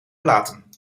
platen